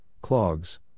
clogs